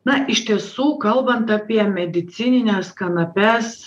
na iš tiesų kalbant apie medicinines kanapes